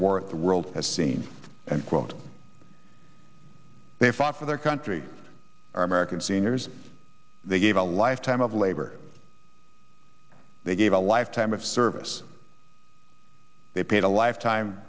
at the world has seen and quote they fought for their country our american seniors they gave a lifetime of labor they gave a lifetime of service they paid a lifetime